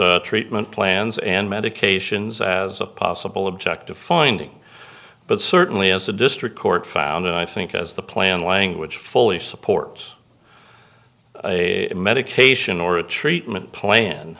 reciting treatment plans and medications as a possible objective finding but certainly as the district court found and i think as the plan language fully supports a medication or a treatment plan